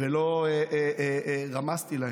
ולא רמזתי להם,